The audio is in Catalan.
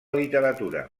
literatura